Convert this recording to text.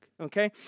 okay